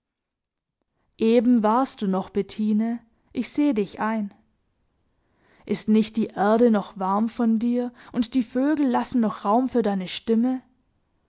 eben warst du noch bettine ich seh dich ein ist nicht die erde noch warm von dir und die vögel lassen noch raum für deine stimme